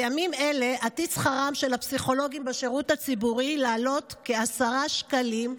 בימים אלה עתיד שכרם של הפסיכולוגים בשירות הציבורי לעלות בכ-10 שקלים,